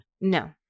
No